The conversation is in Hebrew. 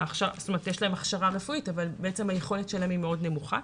שיש להן הכשרה רפואית אבל היכולת שלהן היא מאוד נמוכה.